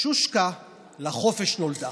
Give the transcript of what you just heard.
שושקה לחופש נולדה.